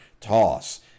toss